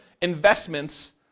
investments